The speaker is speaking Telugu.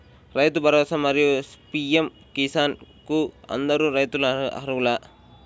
రైతు భరోసా, మరియు పీ.ఎం కిసాన్ కు అందరు రైతులు అర్హులా?